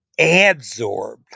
adsorbed